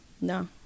No